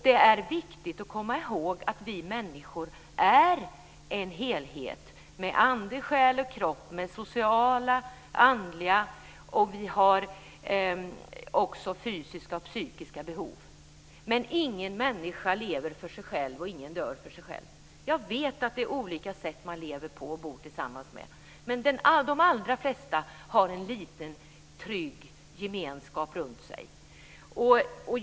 Det är viktigt att komma ihåg att vi människor är en helhet med ande, själ och kropp, med sociala, andliga, fysiska och psykiska behov. Ingen människa lever för sig själv, och ingen dör för sig själv. Jag vet att man lever och bor tillsammans på olika sätt, men de allra flesta har en liten trygg gemenskap runt sig.